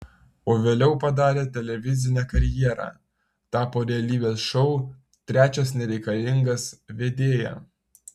o vėliau padarė televizinę karjerą tapo realybės šou trečias nereikalingas vedėja